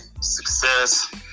success